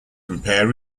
compare